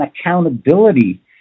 accountability